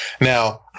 Now